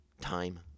time